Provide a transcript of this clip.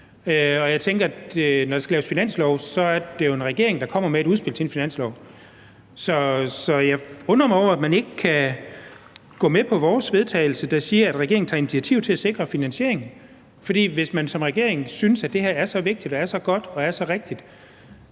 og jeg tænker, at når der skal laves finanslov, er det jo en regering, der kommer med et udspil til en finanslov, så jeg undrer mig over, at man ikke kan gå med på vores forslag til vedtagelse, der siger, at regeringen tager initiativ til at sikre finansieringen. For hvis man som regering synes, at det her er så vigtigt og er så godt og er så rigtigt,